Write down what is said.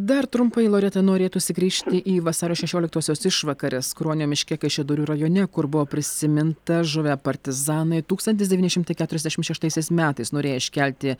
dar trumpai loreta norėtųsi grįžti į vasario šešioliktosios išvakares kruonio miške kaišiadorių rajone kur buvo prisiminta žuvę partizanai tūkstantis devyni šimtai keturiasdešimt šeštaisiais metais norėję iškelti